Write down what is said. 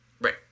Right